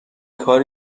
کار